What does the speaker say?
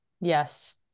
Yes